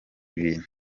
bintu